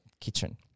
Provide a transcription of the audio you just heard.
kitchen